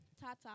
Tata